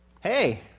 hey